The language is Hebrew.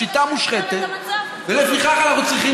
השיטה מושחתת ולפיכך אנחנו צריכים